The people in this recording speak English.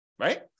right